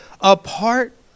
Apart